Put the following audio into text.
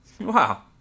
Wow